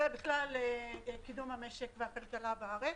ובכלל קידום המשק והכלכלה בארץ.